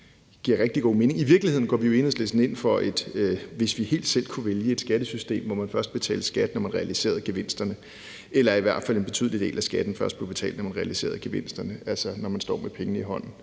det giver rigtig god mening. I virkeligheden går vi jo i Enhedslisten, hvis vi helt selv kunne vælge det, ind for et skattesystem, hvor i hvert fald en betydelig del af skatten først bliver betalt, når man realiserer gevinsterne, altså når man står med pengene fra